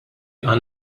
għan